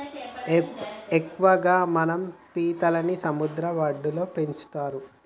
ఎక్కువగా మనం పీతలని సముద్ర వడ్డులో పెంచుతరు